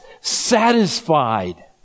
satisfied